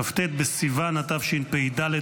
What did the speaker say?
כ"ט בסיוון התשפ"ד,